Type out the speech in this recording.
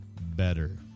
better